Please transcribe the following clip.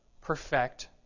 perfect